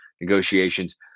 negotiations